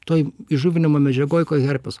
toj įžuvinimo medžiagoj koherpeso